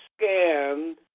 scanned